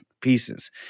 pieces